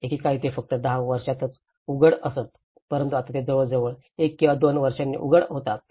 एकेकाळी ते फक्त 10 वर्षातच उघडत असत परंतु आता ते जवळजवळ प्रत्येक 1 किंवा 2 वर्षांनी उघडत आहेत